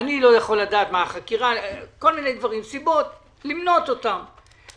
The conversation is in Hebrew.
ואז למנות את הסיבות מדוע אי אפשר להביא את אותם סעיפים,